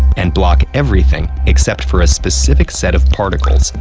and block everything except for a specific set of particles,